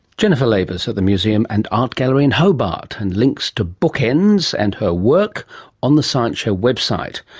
jennifer lavers at the museum and art gallery in hobart and links to bookends and her work on the science show website.